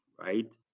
right